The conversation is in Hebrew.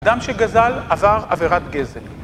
אדם שגזל עבר עבירת גזל.